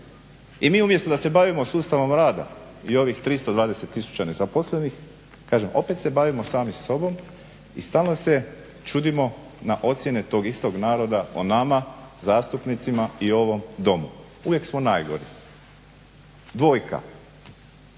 I mi umjesto da se bavimo sustavom rada i ovih 320 tisuća nezaposlenih, kažem opet se bavimo sami sobom i stalno se čudimo na ocjene tog istog naroda o nama zastupnicima i ovom Domu. Uvijek smo najgori, dvojka.